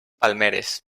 palmeres